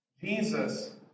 Jesus